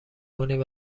کنید